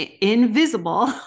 invisible